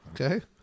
Okay